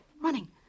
running